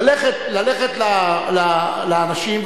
ללכת לאנשים,